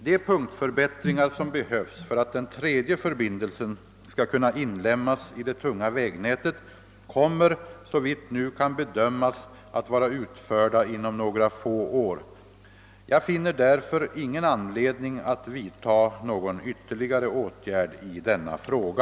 De punktförbättringar som behövs för att den tredje förbindelsen skall kunna inlemmas i det tunga vägnätet kommer såvitt nu kan bedömas att vara utförda inom några få år. Jag finner därför ingen anledning att vidta någon ytterligare åtgärd i denna fråga.